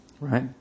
right